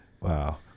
Wow